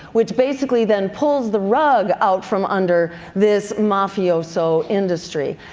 which basically then pulls the rug out from under this mafioso industry.